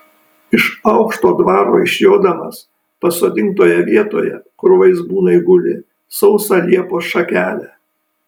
iš aukšto dvaro išjodamas pasodink toje vietoje kur vaizbūnai guli sausą liepos šakelę